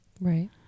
Right